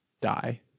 die